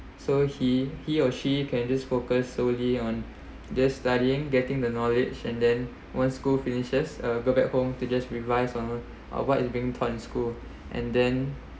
so he he or she can just focus solely on just studying getting the knowledge and then one school finishes uh go back home to just revise on uh what is being taught in school and then